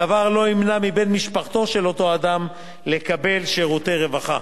הדבר לא ימנע מבן משפחתו של אותו אדם לקבל שירותי רווחה.